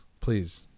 Please